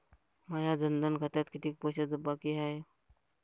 माया जनधन खात्यात कितीक पैसे बाकी हाय?